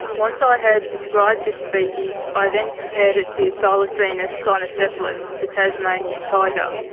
once i had described this species i then compared it to thylacinus cynocephalus, the tasmanian tiger.